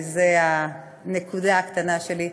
וזאת הנקודה הקטנה שלי.